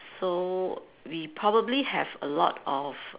so we probably have a lot of